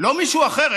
לא על מישהו אחר.